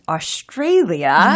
Australia